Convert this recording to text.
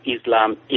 Islam